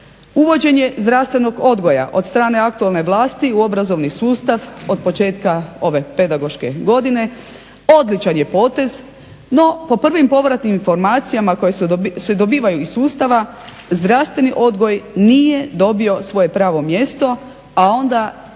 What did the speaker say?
Uvođenje zdravstvenog odgoja od strane aktualne vlasti u obrazovni sustav od početka ove pedagoške godine odličan je potez, no po prvim povratnim informacijama koje se dobivaju iz sustava zdravstveni odgoj nije dobio svoje pravo mjesto, a onda ni efekti